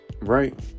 Right